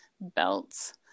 belts